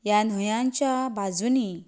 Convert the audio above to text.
ह्या न्हंयांच्या बाजूंनी